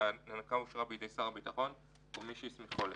וההענקה אושרה בידי שר הביטחון או מי שהוא הסמיכו לכך.